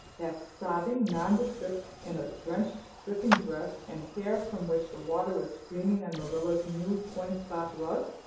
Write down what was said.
that sobbing nondescript in a drenched, dripping dress and hair from which the water was streaming on marilla's new coin-spot rug?